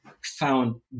found